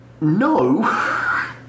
No